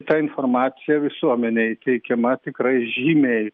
ta informacija visuomenei teikiama tikrai žymiai